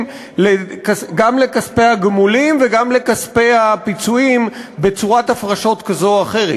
גם לכספי הגמולים וגם לכספי הפיצויים בצורת הפרשות כזו או אחרת.